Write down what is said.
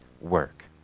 work